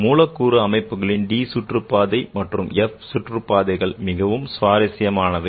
மூலக்கூறு அமைப்புகளின் d சுற்றுப்பாதை மற்றும் f சுற்றுப்பாதைகள் மிகவும் சுவாரசியமானவை